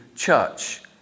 church